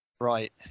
Right